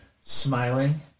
smiling